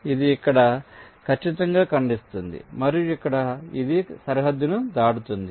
ఇది ఇక్కడ ఖచ్చితంగా ఖండిస్తుంది మరియు ఇక్కడే ఇది సరిహద్దును దాటుతోంది